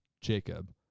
Jacob